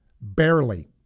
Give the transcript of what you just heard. barely